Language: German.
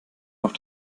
noch